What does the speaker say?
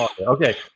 Okay